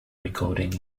recording